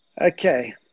Okay